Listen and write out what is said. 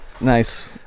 Nice